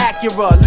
Acura